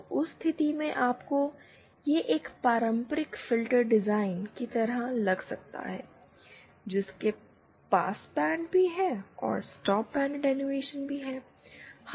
तो उस स्थिति में आपको यह एक पारंपरिक फिल्टर डिज़ाइन की तरह लग सकता है जिसके पास स्टॉप बैंड अटैंयुएशन और पास बैंड अटैंयुएशन है